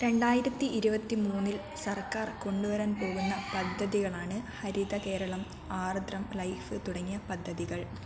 രണ്ടായിരത്തി ഇരുപത്തി മൂന്നിൽ സർക്കാർ കൊണ്ടുവരാൻ പോകുന്ന പദ്ധതികളാണ് ഹരിത കേരളം ആർദ്രം ലൈഫ് തുടങ്ങിയ പദ്ധതികൾ